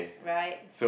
right